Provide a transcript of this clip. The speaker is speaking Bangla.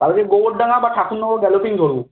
কালকে গোবরডাঙ্গা বা ঠাকুরনগর গ্যালোপিং ধরুন